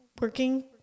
working